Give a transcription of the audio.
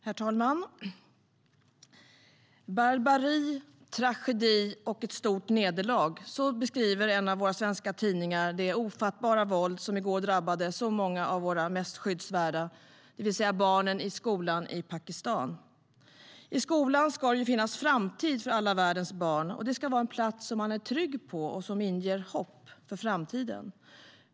STYLEREF Kantrubrik \* MERGEFORMAT Internationellt biståndHerr talman! Barbari, tragedi och ett stort nederlag - så beskriver en av våra svenska tidningar det ofattbara våld som i går drabbade så många av våra mest skyddsvärda, i det här fallet barnen i en skola i Pakistan. I skolan ska det finnas en framtid för alla världens barn. Det ska vara en plats som man är trygg på och som inger hopp för framtiden.